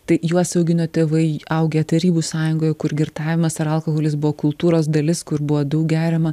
tai juos augino tėvai augę tarybų sąjungoje kur girtavimas ar alkoholis buvo kultūros dalis kur buvo daug geriama